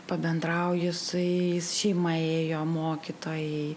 pabendrauji su jais šeima ėjo mokytojai